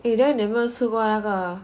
eh then 你有没有吃过那个